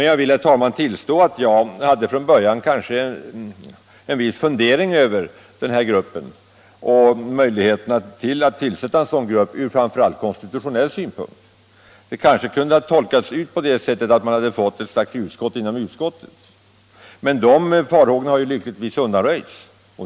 Jag vill, herr talman, tillstå att jag från början hade vissa funderingar över möjligheten att tillsätta en sådan här grupp, framför allt ur konstitutionell synpunkt — det kanske kunde ha tolkats som man hade fått ett slags utskott inom utskottet — men de farhågorna har lyckligtvis undanröjts.